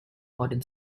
modern